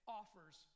offers